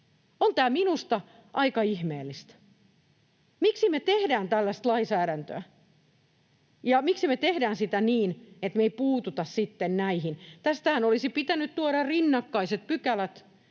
On tämä minusta aika ihmeellistä. Miksi me tehdään tällaista lainsäädäntöä, ja miksi me tehdään sitä niin, että me ei puututa sitten näihin? Tästähän olisi pitänyt tuoda rinnakkaiset pykälät